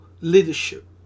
leadership